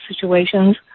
situations